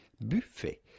buffet